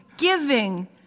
giving